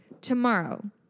tomorrow